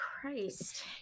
Christ